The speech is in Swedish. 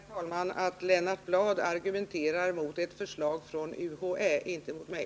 Herr talman! Jag vill bara påpeka att Lennart Bladh argumenterar mot ett förslag från UHÄ, inte mot mig.